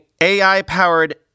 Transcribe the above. AI-powered